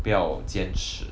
不要坚持